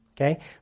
Okay